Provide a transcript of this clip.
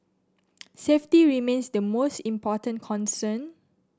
safety remains the most important concern